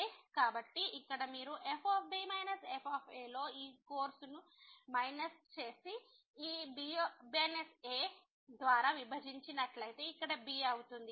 కాబట్టి ఇక్కడ మీరు f b fలో ఈ కోర్సును మైనస్ చేసి ఈ b a ద్వారా విభజించి నట్లయితే ఇక్కడ b అవుతుంది